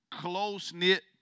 close-knit